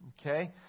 Okay